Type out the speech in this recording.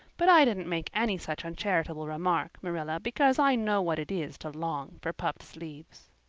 but i didn't make any such uncharitable remark, marilla, because i know what it is to long for puffed sleeves.